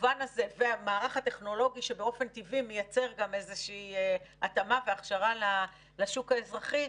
והמערך הטכנולוגי שבאופן טבעי מייצר גם התאמה והכשרה לשוק האזרחי,